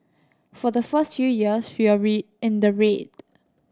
for the first few years we in the red